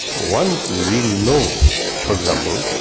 once we know for example,